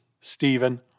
Stephen